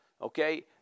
okay